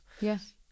Yes